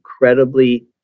incredibly